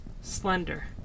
slender